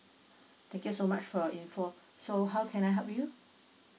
thank you so much for your info so how can I help you